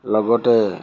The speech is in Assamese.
লগতে